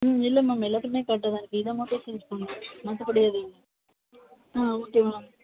இல்லை மேம் எல்லாத்துக்கும் கரட்டாக தான் இருக்குது இதை மட்டும் ச்சேஜ் பண்ணணு மற்றபடி எதுவும் இல்லை ஓகே மேம்